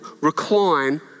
recline